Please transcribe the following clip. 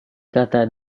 kata